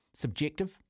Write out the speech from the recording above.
subjective